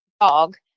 dog